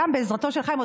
גם בעזרתו של חיים,